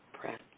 press